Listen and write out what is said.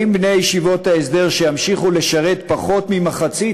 האם בני ישיבות ההסדר, שימשיכו לשרת פחות ממחצית